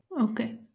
Okay